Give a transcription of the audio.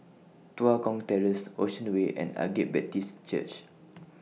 Tua Kong Terrace Ocean Way and Agape Baptist Church